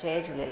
Jay Jhulelal